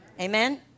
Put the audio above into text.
Amen